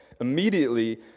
immediately